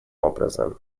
образом